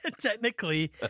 Technically